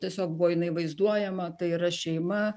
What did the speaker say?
tiesiog buvo jinai vaizduojama tai yra šeima